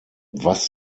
was